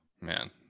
man